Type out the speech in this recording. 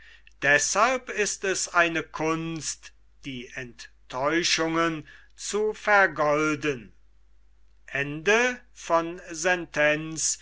deshalb ist es eine kunst die enttäuschungen zu vergolden